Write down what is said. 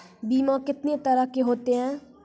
बीमा कितने तरह के होते हैं?